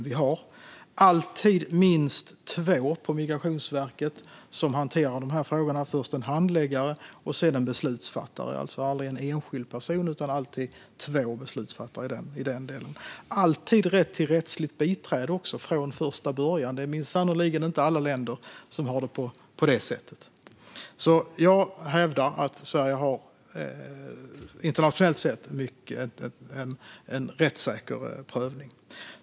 Det ska alltid vara minst två som hanterar dessa ärenden på Migrationsverket, först en handläggare och sedan en beslutsfattare. Det är alltså aldrig en enskild person, utan alltid två beslutsfattare. Man har också alltid rätt till ett rättsligt biträde från första början. Det är sannerligen inte alla länder som har det på detta sätt. Jag hävdar därför att Sverige internationellt sett har en rättssäker prövning.